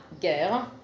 Guerre